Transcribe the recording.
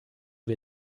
wir